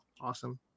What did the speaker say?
Awesome